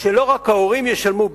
שלא רק ההורים ישלמו,